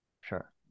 Sure